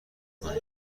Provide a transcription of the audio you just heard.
میکنی